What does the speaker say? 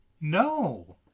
No